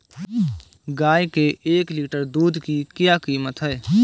गाय के एक लीटर दूध की क्या कीमत है?